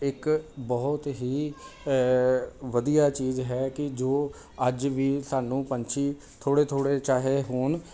ਇੱਕ ਬਹੁਤ ਹੀ ਵਧੀਆ ਚੀਜ਼ ਹੈ ਕਿ ਜੋ ਅੱਜ ਵੀ ਸਾਨੂੰ ਪੰਛੀ ਥੋੜ੍ਹੇ ਥੋੜ੍ਹੇ ਚਾਹੇ ਹੋਣ